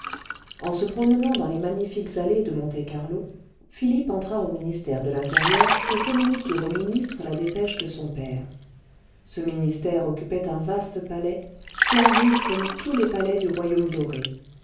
en se promenant dans les magnifiques allées de monte-carlo philippe entra au ministère de l'intérieur pour communiquer au ministre la dépêche de son père ce ministère occupait un vaste palais splendide comme tous les palais du koyaume doré